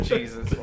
Jesus